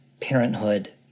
parenthood